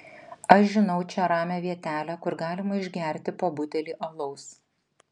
aš žinau čia ramią vietelę kur galima išgerti po butelį alaus